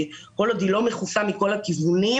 כל עוד היא לא מכוסה מכל הכיוונים,